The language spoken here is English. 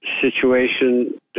situation